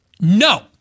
No